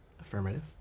Affirmative